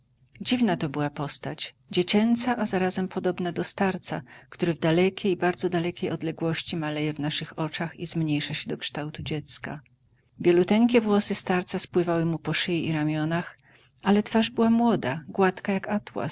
dziwna to była postać dziecięca a zarazem podobna do starca który w dalekiej bardzo dalekiej odległości maleje w naszych oczach i zmniejsza się do kształtu dziecka bieluteńkie włosy starca spływały mu po szyi i ramionach ale twarz była młoda gładka jak